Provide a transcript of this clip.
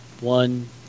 one